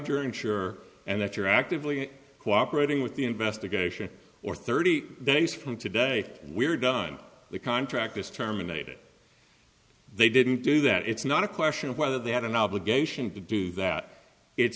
your insurer and that you're actively cooperating with the investigation or thirty days from today we're done the contract is terminated they didn't do that it's not a question of whether they had an obligation to do that it's